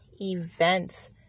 events